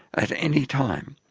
at any time.